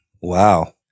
Wow